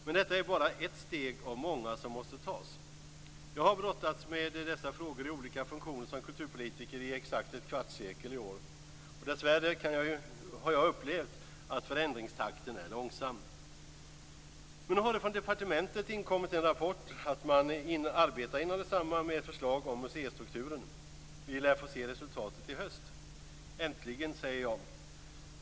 Men detta är bara ett steg av många som måste tas. Jag har brottats med dessa frågor i olika funktioner som kulturpolitiker i exakt ett kvartssekel i år. Dessvärre har jag upplevt att förändringstakten är långsam. Men nu har det från departementet inkommit en rapport att man arbetar inom detsamma med förslag om museistrukturen. Vi lär få se resultatet i höst. Äntligen, säger jag.